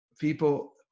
people